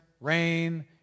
rain